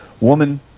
woman